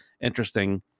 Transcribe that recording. Interesting